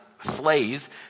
Slaves